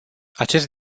acest